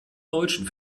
deutschen